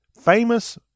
famous